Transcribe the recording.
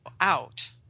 out